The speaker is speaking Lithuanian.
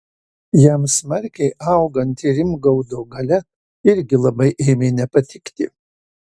jam smarkiai auganti rimgaudo galia irgi labai ėmė nepatikti